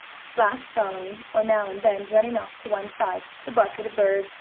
splash following, or, now and then, running off to one side, to bark at a bird,